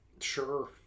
Sure